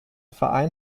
verein